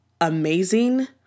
amazing